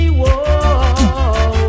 whoa